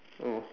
oh